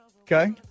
Okay